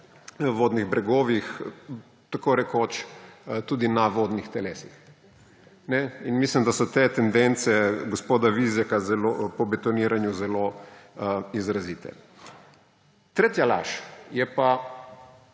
vodnih bregovih, tako rekoč tudi na vodnih telesih. Mislim, da so te tendence gospoda Vizjaka po betoniranju zelo izrazite. Tretja laž je pa